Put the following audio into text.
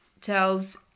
tells